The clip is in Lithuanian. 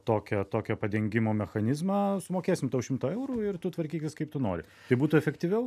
tokią tokio padengimo mechanizmą sumokėsim tau šimtą eurų ir tu tvarkykis kaip tu nori tai būtų efektyviau